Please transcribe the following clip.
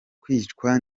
kwicwa